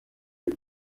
ibi